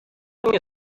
nie